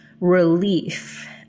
relief